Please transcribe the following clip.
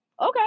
okay